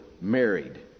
married